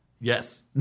Yes